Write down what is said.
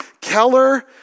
Keller